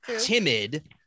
timid